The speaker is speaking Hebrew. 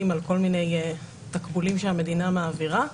על כל מיני תגמולים שהמדינה מעבירה,